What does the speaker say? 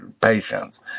patients